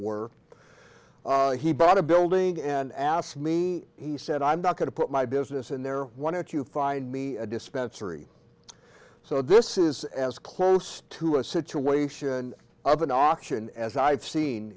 were he bought a building and asked me he said i'm not going to put my business in there when it you find me a dispensary so this is as close to a situation of an auction as i've seen